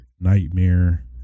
nightmare